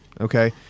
okay